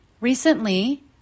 Recently